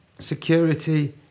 Security